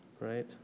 Right